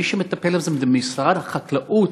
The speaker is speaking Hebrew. מי שמטפל בזה זה משרד החקלאות,